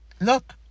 look